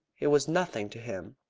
it was nothing to him.